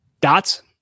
Dots